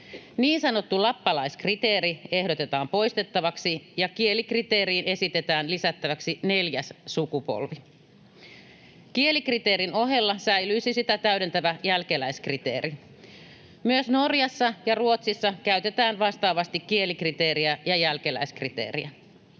Niin sanottu lappalaiskriteeri ehdotetaan poistettavaksi, ja kielikriteeriin esitetään lisättäväksi neljäs sukupolvi. Kielikriteerin ohella säilyisi sitä täydentävä jälkeläiskriteeri. Myös Norjassa ja Ruotsissa käytetään vastaavasti kielikriteeriä ja jälkeläiskriteeriä.